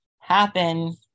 happen